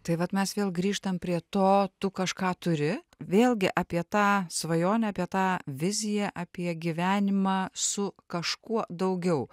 tai vat mes vėl grįžtam prie to tu kažką turi vėlgi apie tą svajonę apie tą viziją apie gyvenimą su kažkuo daugiau